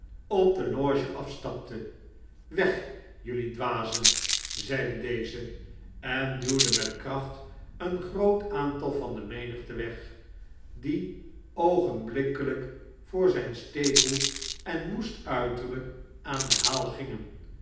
op de loge afstapte weg jelui dwazen zeide deze en duwde met kracht een groot aantal van de menigte weg die oogenblikkelijk voor zijn steekhoed en woest uiterlijk aan den haal gingen